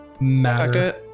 matter